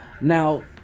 Now